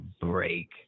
break